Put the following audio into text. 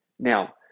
Now